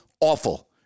awful